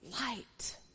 light